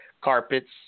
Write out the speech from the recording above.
carpets